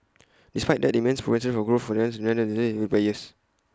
despite that the immense potential for growth players